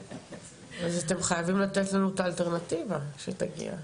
אז אתם חייבים לתת לנו את האלטרנטיבה שתגיע.